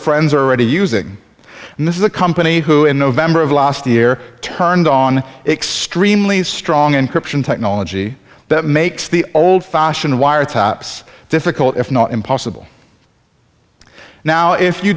friends are already using and this is a company who in november of last year turned on extremely strong encryption technology that makes the old fashioned wire taps difficult if not impossible now if you